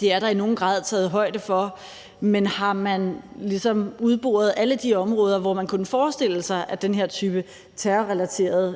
Det er der i nogen grad taget højde for, men har man ligesom udboret alle de områder, hvor man kunne forestille sig at den her type terrorrelaterede